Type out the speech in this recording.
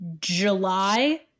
July